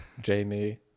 jamie